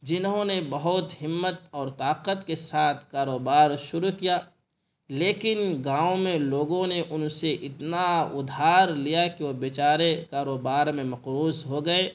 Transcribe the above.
جنہوں نے بہت ہمت اور طاقت کے ساتھ کاروبار شروع کیا لیکن گاؤں میں لوگوں نے ان سے اتنا ادھار لیا کہ وہ بیچارے کاروبار میں مقروض ہو گئے